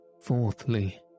Fourthly